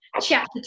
chapter